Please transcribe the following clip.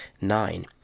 Nine